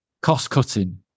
cost-cutting